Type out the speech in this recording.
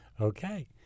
Okay